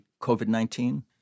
COVID-19